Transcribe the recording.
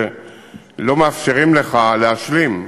שלא מאפשרים לך להשלים,